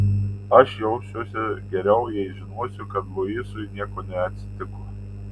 aš jausiuosi geriau jei žinosiu kad luisui nieko neatsitiko